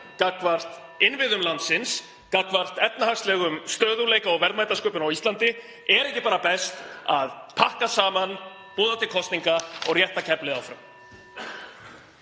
gagnvart innviðum landsins, gagnvart efnahagslegum stöðugleika og verðmætasköpun á Íslandi? (Forseti hringir.) Er ekki bara best að pakka saman, boða til kosninga og rétta keflið áfram?